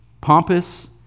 Pompous